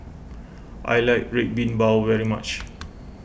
I like Red Bean Bao very much